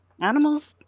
animals